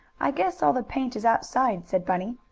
i guess all the paint is outside, said bunny.